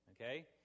Okay